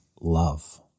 love